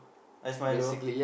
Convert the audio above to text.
ice milo